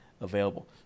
available